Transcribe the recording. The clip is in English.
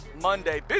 Monday